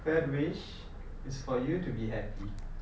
third wish is for you to be happy